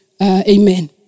Amen